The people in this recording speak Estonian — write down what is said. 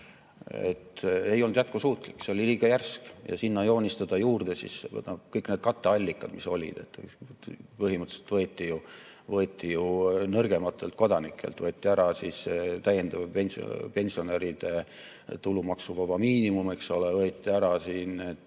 –, ei olnud jätkusuutlik. See oli liiga järsk ja sinna joonistada juurde kõik need katteallikad, mis olid ... Põhimõtteliselt võeti ju nõrgematelt kodanikelt: võeti ära täiendav pensionäride tulumaksuvaba miinimum, võeti ära